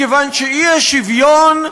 מכיוון שאי-שוויון,